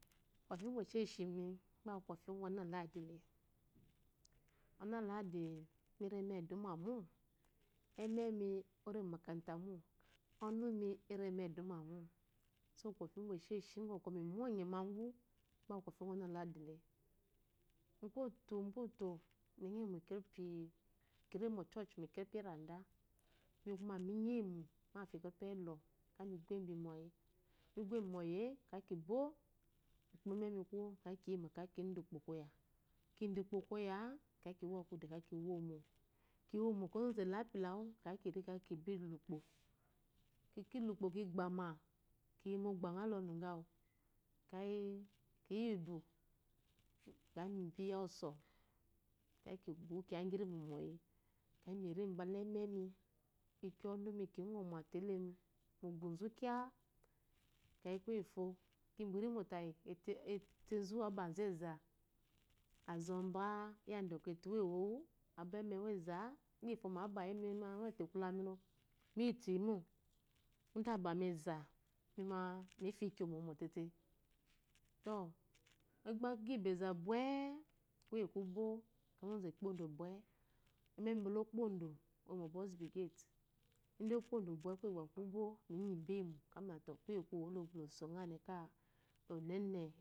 Kɔfi ugwu esheshi mi gba kɔfi ugwu oladile, alable mire ma eduma enemi ore omokata mo, ɔnumi ere meduma. so kɔfi ugwo esheshi ugwu me mɔnye magu gba aku kɔfi uwgu onalide t. Mu koto-mukoto, kire mo ochurch mu ekerefi eranda, oni kuma mi enyi eyi mafo ekerefi elɔ mu gu emmbi mɔyi, migu embi mɔyi-i ekeyi ki mu ume kuwu ekeyi kiyi mo ekeyi ida ukpo koya, ida ukpo koya ekeyi kiwo kudu ekeyi ki womo, ki womo ekeyi ozozu elo apula wu gba ekeyi kile ukpo, kile ukpo ki gba ma ki yi mogba ngha mɔ, ɔnugawu, ekeyi kiyi idu ekeyi mi biya osa ekeyi ki gu kinya mɔyi ekeyi miri bula enemi ikyo ɔnumi ekeyi ki ngɔma tele mu uguzu kya, ekeyi kuye ngufo igi bwa iri ye maye ekeyi etenzu aba zu eza, azoba yada bɔkɔ etewu ewo wu iyi fo ma a bayi, ɔyitu akwala mile miyitu yile mo, ide abami eza kuma mifya ikyoma mɔmɔ tėtė to idegba ki gi ba eza bwe kuye ku bo ozozu ekpodo bwe, eme bɔle ogbodo oyi mu oboys brigade, ide ogbo do bwe kuye mu kugba kubo mi nyi ba eyi mo te to kuye kuwi loso nghane ka lonene.